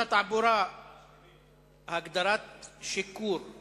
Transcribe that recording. לשנות את הגדרת שיכור בפקודת